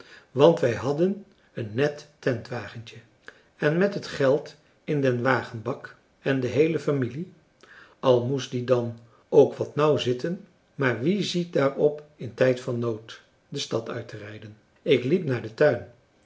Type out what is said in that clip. want wij hadden een net tentwagentje en met het geld in den wagenbak en de heele familie al moest die dan ook wat nauw zitten maar wie ziet daar op in tijd van nood de stad uit te rijden ik liep naar den tuin